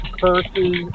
curses